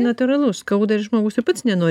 natūralu skauda ir žmogus ir pats nenori